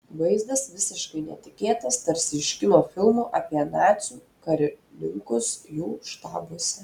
vaizdas visiškai netikėtas tarsi iš kino filmų apie nacių karininkus jų štabuose